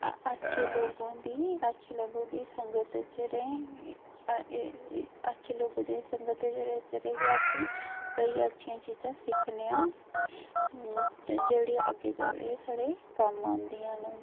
अच्छे लोगों दी अच्छे लोगों दी संगत च रेह् ते अच्छे लोकें दी संगत च रेहियै असें ई केईं अच्छी चीज़ां सिक्खनै आं ते जेह्ड़े अग्गें जाइयै साढ़े कम्म आंदियां न